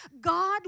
God